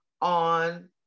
On